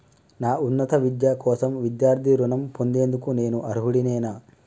నా ఉన్నత విద్య కోసం విద్యార్థి రుణం పొందేందుకు నేను అర్హుడినేనా?